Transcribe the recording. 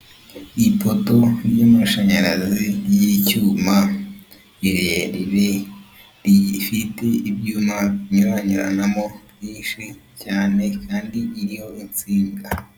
Ipoto ririho amashanyarazi ry'icyuma rirerire rifite ibyuma binyuranyuranamo byinshi cyane kandi biriho insinga.